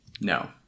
no